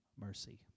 mercy